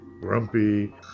grumpy